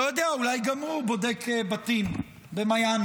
לא יודע, אולי גם הוא בודק בתים במיאמי,